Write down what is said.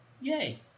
Yay